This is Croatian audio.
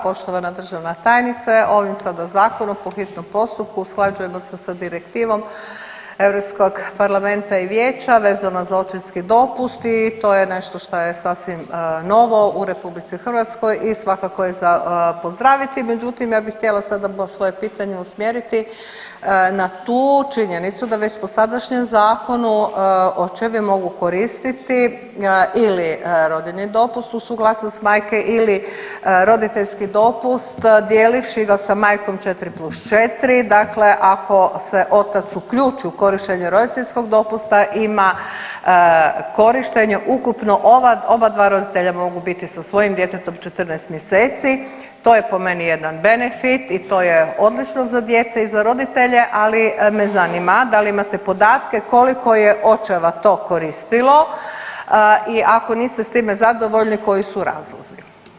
Poštovana državna tajnice, ovim sada zakonom po hitnom postupku usklađujemo se sa direktivom Europskog parlamenta i vijeća vezano za očinski dopust i to je nešto šta je sasvim novo u RH i svakako je za pozdraviti, međutim ja bih htjela sada svoje pitanje usmjeriti na tu činjenicu da već po sadašnjem zakonu očevi mogu koristiti ili rodiljni dopust uz suglasnost majke ili roditeljski dopust dijelivši ga sa majkom 4+4, dakle ako se otac uključi u korištenje roditeljskog dopusta ima korištenje ukupno ova oba dva roditelja mogu biti sa svojim djetetom 14 mjeseci, to je po meni jedan benefit i to je odlično za dijete i za roditelje, ali me zanima da li imate podatke koliko je očeva to koristilo i ako niste s time zadovoljni koji su razlozi.